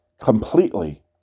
completely